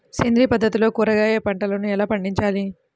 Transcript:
సేంద్రియ పద్ధతుల్లో కూరగాయ పంటలను ఎలా పండించాలి?